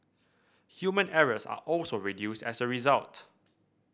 human errors are also reduced as a result